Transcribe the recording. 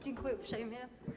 Dziękuję uprzejmie.